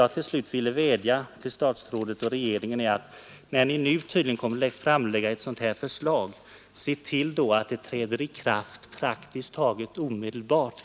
Jag vill till slut vädja till statsrådet och regeringen: När ni nu tydligen kommer att framlägga ett förslag för att klara detta problem, se då till att lagen träder i kraft praktiskt taget omedelbart.